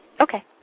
Okay